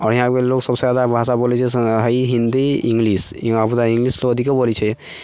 आओर यहाँके लोक सभसँ ज्यादा भाषा बोलै छै ई हिन्दी इंग्लिश इंग्लिश तऽ अधिके बोलै छै